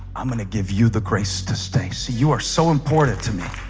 i'm gonna give you the grace to stay so you are so important to me